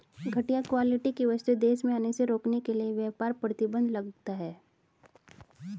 घटिया क्वालिटी की वस्तुएं देश में आने से रोकने के लिए व्यापार प्रतिबंध लगता है